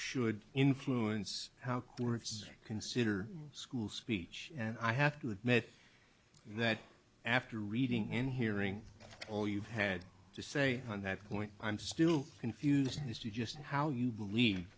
should influence how the words consider school speech and i have to admit that after reading and hearing all you've had to say on that point i'm still confused as to just how you believe